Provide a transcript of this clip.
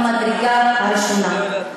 מדובר בכלי מוסרי מהמדרגה הראשונה.